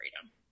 freedom